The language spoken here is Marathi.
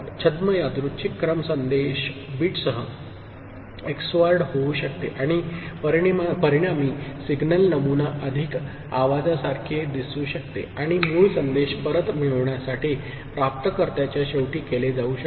छद्म यादृच्छिक क्रम संदेश बिटसह XORड होऊ शकते आणि परिणामी सिग्नल नमुना अधिक आवाजासारखे दिसू शकेल आणि मूळ संदेश परत मिळविण्यासाठी प्राप्तकर्ताच्या शेवटी केले जाऊ शकते